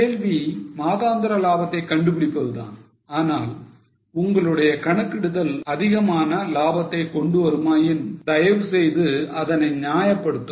கேள்வி மாதாந்திர லாபத்தை கண்டுபிடிப்பது தான் ஆனால் உங்களுடைய கணக்கிடுதல் அதிகமான லாபத்தை கொண்டு வருமாயின் தயவு செய்து அதனை நியாயப்படுத்துங்கள்